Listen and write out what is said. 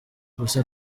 gusa